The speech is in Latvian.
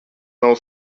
nav